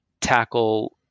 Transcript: tackle